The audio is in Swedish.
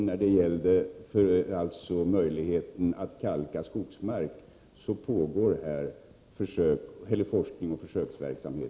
När det gäller möjligheterna att kalka skogsmark pågår forskning och försöksverksamhet.